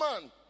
man